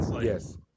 Yes